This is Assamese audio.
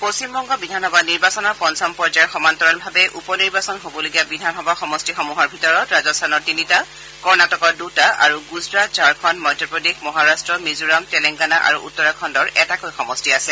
পশ্চিম বংগ বিধানসভা নিৰ্বাচনৰ পঞ্চম পৰ্যায়ৰ সমান্তৰালভাবে উপ নিৰ্বাচন হ'বলগীয়া বিধানসভা সমষ্টিসমূহৰ ভিতৰত ৰাজস্থানৰ তিনিটা কৰ্ণাটকৰ দুটা আৰু গুজৰাট ঝাৰখণ্ড মধ্যপ্ৰদেশ মহাৰট্ট মিজোৰাম তেলেংগানা আৰু উত্তৰাখণ্ডৰ এটাকৈ সমষ্টি আছে